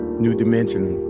new dimension.